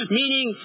meaning